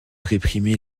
réprimer